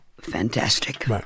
Fantastic